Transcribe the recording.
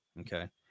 Okay